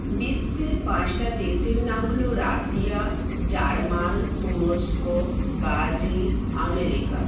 বিশ্বের পাঁচটা দেশের নাম হলো রাশিয়া জার্মান তুরস্ক ব্রাজিল আমেরিকা